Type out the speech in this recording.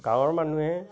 গাঁৱৰ মানুহে